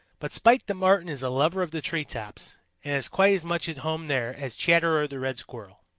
but spite the marten is a lover of the tree tops, and is quite as much at home there as chatterer the red squirrel.